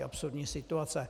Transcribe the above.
Absurdní situace.